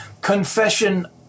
confession